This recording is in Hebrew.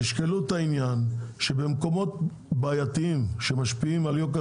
תשקלו את העניין שבמקומות בעייתיים שמשפיעים על יוקר